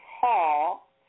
hall